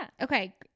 okay